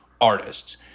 artists